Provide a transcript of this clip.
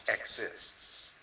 exists